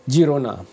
Girona